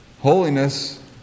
Holiness